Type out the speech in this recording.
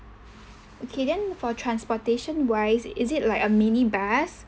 okay then for transportation wise is it like a mini bus